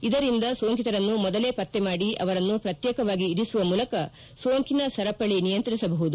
ಇದರಿಂದ ಸೋಂಕಿತರನ್ನು ಮೊದಲೇ ಪತ್ತೆ ಮಾಡಿ ಅವರನ್ನು ಪ್ರತ್ಯೇಕವಾಗಿ ಇರಿಸುವ ಮೂಲಕ ಸೋಂಕಿನ ಸರಪಳಿ ನಿಯಂತ್ರಿಸಬಹುದು